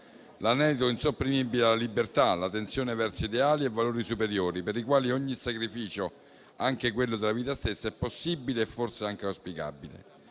l'anelito insopprimibile alla libertà, la tensione verso ideali e valori superiori per i quali ogni sacrificio, anche quello della vita stessa, è possibile e forse anche auspicabile.